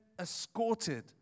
escorted